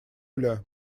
оля